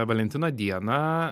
valentino dieną